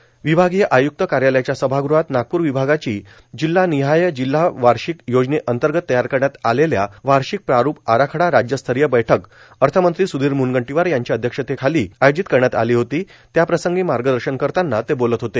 र्यावभागीय आय्क्त कायालयाच्या सभागृहात नागपूर र्वभागाची जिल्हार्मानहाय जिल्हा वर्वाषक योजनतगत तयार करण्यात आलेल्या वर्वाषक प्रारुप आराखडा राज्यस्तरांय बैठक अथमंत्री सुधीर मुनगंटांवार यांच्या अध्यक्षतेखालां आयोजित करण्यात आलां होती त्याप्रसंगी मागदशन करताना ते बोलत होते